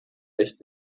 echt